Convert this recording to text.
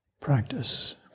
practice